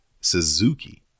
Suzuki